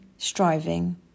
Striving